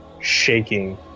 shaking